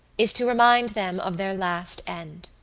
is to remind them of their last end.